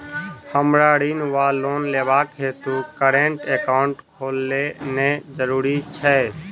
हमरा ऋण वा लोन लेबाक हेतु करेन्ट एकाउंट खोलेनैय जरूरी छै?